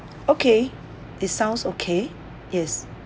okay it sounds okay yes